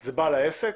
זה בעל העסק